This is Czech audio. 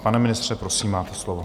Pane ministře, prosím, máte slovo.